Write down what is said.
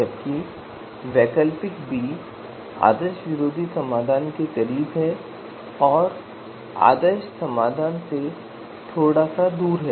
जबकि वैकल्पिक बी आदर्श विरोधी समाधान के करीब है और आदर्श समाधान से थोड़ा दूर है